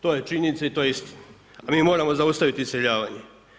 To je činjenica i to je istina, a mi moramo zaustaviti iseljavanje.